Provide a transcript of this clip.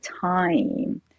time